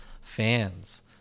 fans